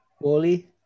Wally